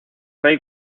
rey